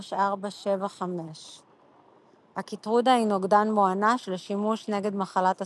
MK-3475. הקיטרודה היא נוגדן מואנש לשימוש נגד מחלת הסרטן,